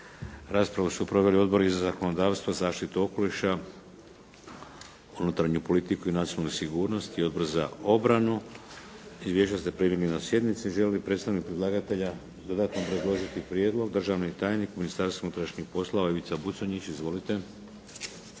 Raspravu su proveli Odbori za zakonodavstvo, zaštitu okoliša, unutarnju politiku i nacionalnu sigurnost i Odbor za obranu. Izvješća ste primili na sjednici. Želi li predstavnik predlagatelja dodatno obrazložiti prijedlog? Državni tajnik u Ministarstvu unutrašnjih poslova Ivica Buconjić. Izvolite.